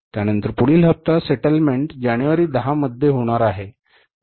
त्यानंतर पुढील हप्ता सेटलमेंट जानेवारी 10 मध्ये होणार आहे